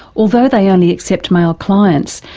although they only accept male clients,